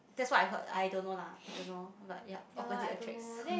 that's what I heard I don't know lah I don't know but yup opposite attracts